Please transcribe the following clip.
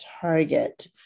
target